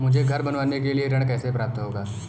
मुझे घर बनवाने के लिए ऋण कैसे प्राप्त होगा?